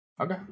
okay